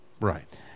Right